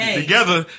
together